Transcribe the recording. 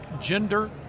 gender